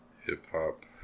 Hip-hop